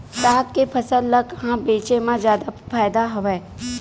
साग के फसल ल कहां बेचे म जादा फ़ायदा हवय?